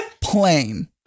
Plain